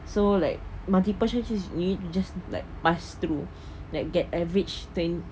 so like multiple choice just do it just like pass through that get average thing